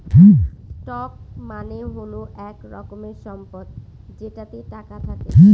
stock মানে হল এক রকমের সম্পদ যেটাতে টাকা থাকে